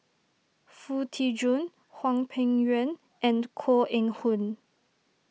Foo Tee Jun Hwang Peng Yuan and Koh Eng Hoon